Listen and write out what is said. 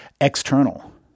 external